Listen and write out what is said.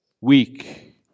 weak